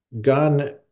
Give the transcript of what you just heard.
gun